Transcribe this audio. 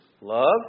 love